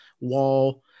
wall